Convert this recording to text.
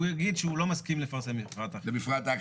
הוא יגיד שהוא לא מסכים לפרסם מפרט אחיד.